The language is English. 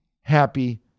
happy